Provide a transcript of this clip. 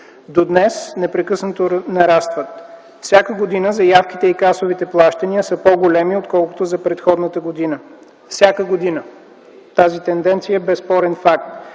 до днес, непрекъснато нарастват. Всяка година заявките и касовите плащания са по-големи, отколкото за предходната година. Всяка година тази тенденция е безспорен факт.